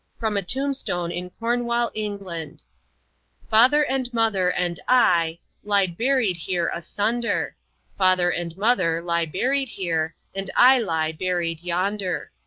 from a tombstone in cornwall, england father and mother and i lie buried here asunder father and mother lie buried here, and i lie buried yonder.